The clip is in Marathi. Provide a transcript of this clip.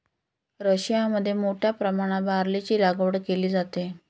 रशियामध्ये मोठ्या प्रमाणात बार्लीची लागवड केली जाते